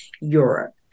Europe